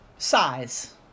size